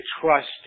trust